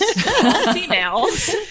females